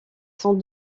sans